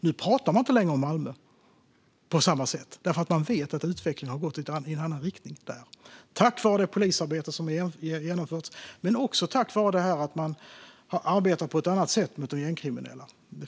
Nu talas det inte längre om Malmö på samma sätt eftersom utvecklingen där har gått i en annan riktning tack vare det polisarbete som utförts och att man har arbetat på ett annat sätt mot gängkriminella.